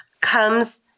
comes